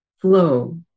flow